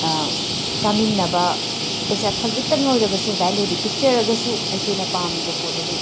ꯆꯥꯃꯤꯟꯅꯕ ꯄꯩꯁꯥ ꯈꯖꯤꯛꯇꯪ ꯑꯣꯏꯔꯕꯁꯨ ꯚꯦꯂꯨꯗꯤ ꯄꯤꯛꯆꯔꯒꯁꯨ ꯑꯩꯈꯣꯏꯅ ꯄꯥꯝꯃꯤꯕ ꯄꯣꯠ ꯑꯗꯨ